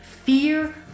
Fear